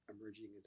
emerging